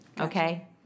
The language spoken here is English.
Okay